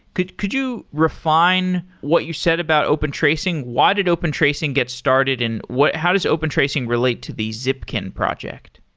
could could you refine what you said about open tracing? why did open tracing get started and how does open tracing relate to the zipkin project?